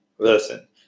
Listen